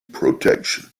protection